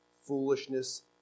Foolishness